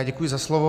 Děkuji za slovo.